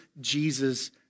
Jesus